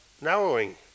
narrowing